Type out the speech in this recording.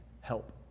help